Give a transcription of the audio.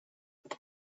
the